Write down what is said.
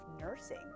nursing